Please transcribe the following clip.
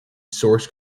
source